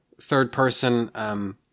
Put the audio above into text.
third-person